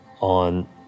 on